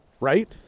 Right